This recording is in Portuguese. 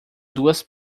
duas